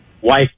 Wife